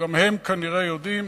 גם הם כנראה יודעים.